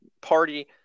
party